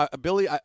Billy